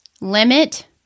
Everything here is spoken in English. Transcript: limit